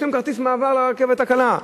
יש להם כרטיס מעבר לרכבת הקלה.